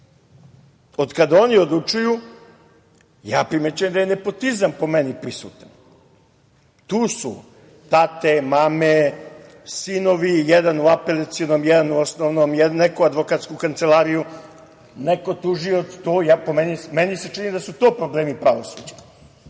od kada oni odlučuju, ja primećujem da je nepotizam po meni prisutan, tu su tate, mame, sinovi, jedan u apelacionim, jedan u osnovnom, neko u advokatsku kancelariju, neko tužioc. Po meni se čini da su to problemi pravosuđa,